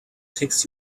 text